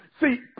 See